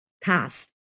task